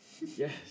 Yes